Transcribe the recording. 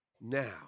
now